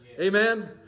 Amen